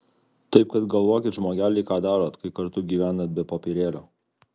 taip kad galvokit žmogeliai ką darot kai kartu gyvenat be popierėlio